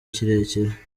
kirekire